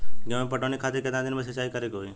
गेहूं में पटवन खातिर केतना दिन पर सिंचाई करें के होई?